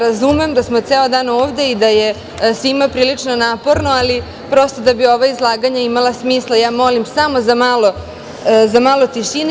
Razumem da smo ceo dan ovde i da je svima prilično naporno, ali prosto, da bi ovo izlaganje imalo smisla, ja molim samo za malo tišine.